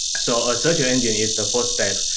so, a search engine is the first step.